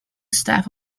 staff